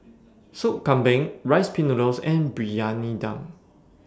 Soup Kambing Rice Pin Noodles and Briyani Dum